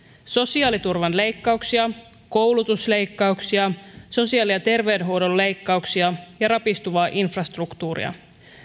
sosiaaliturvan leikkauksia koulutusleikkauksia sosiaali ja terveydenhuollon leikkauksia ja rapistuvaa infrastruktuuria